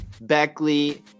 Beckley